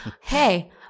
hey